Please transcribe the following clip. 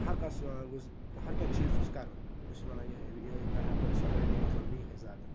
ہرکانٛہہ گوٚژھ ہرکینٛہہ چیٖز گوٚژھ کَرُن بہٕ چھُس وَنان یِہٕے یِہٕے کَرٕ ہا بہٕ سوسایٹی منٛز وَنہٕ بہٕ یِہٕے زیادٕ